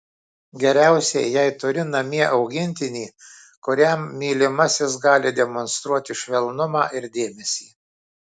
geriausia jei turi namie augintinį kuriam mylimasis gali demonstruoti švelnumą ir dėmesį